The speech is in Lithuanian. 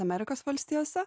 amerikos valstijose